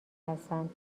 هستند